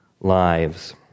lives